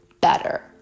better